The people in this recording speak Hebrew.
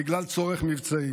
בגלל צורך מבצעי.